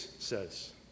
says